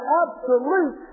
absolute